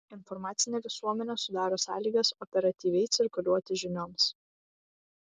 informacinė visuomenė sudaro sąlygas operatyviai cirkuliuoti žinioms